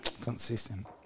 Consistent